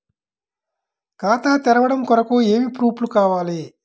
ఖాతా తెరవడం కొరకు ఏమి ప్రూఫ్లు కావాలి?